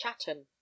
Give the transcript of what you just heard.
Chatham